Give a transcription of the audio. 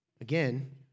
Again